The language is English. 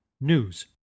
news